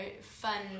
fun